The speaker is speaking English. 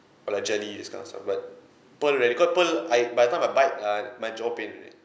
or like jelly this kind of stuff but pearl rarely cause pearl I by the time I bite uh my jaw pain already